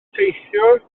teithiwr